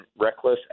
reckless